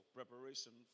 preparation